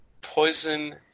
poison